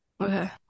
okay